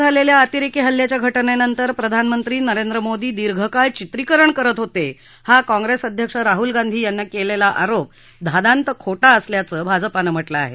पुलवामा ब्रिं झालेल्या अतिरेकी हल्ल्याच्या घटनेनंतर प्रधानमंत्री नरेंद्र मोदी दीर्घकाळ चित्रीकरण करीत होते हा काँग्रेस अध्यक्ष राहूल गांधी यांनी केलेला आरोप धादांत खोटा असल्याचं भाजपानं म्हटलं आहे